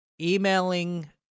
emailing